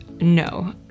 no